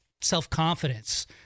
self-confidence